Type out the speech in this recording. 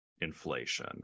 inflation